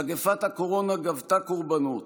מגפת הקורונה גבתה קורבנות,